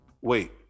wait